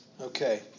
Okay